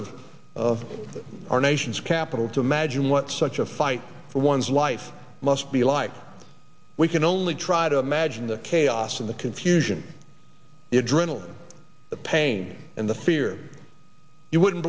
of of our nation's capital to imagine what such a fight for one's life must be like we can only try to imagine the chaos and the confusion the adrenaline the pain and the fear you wouldn't